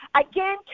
Again